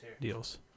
deals